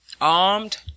armed